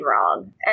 wrong